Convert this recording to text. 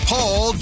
Paul